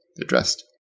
addressed